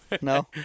no